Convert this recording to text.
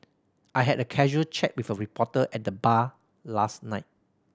I had a casual chat with a reporter at the bar last night